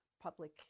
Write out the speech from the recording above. public